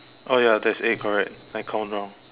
oh ya there's eight correct I count wrong